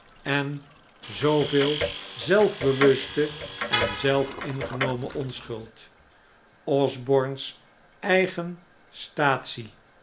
en zooveel zelfbewuste en zelfingenomen onschuld osborne's eigen statiebeeltenis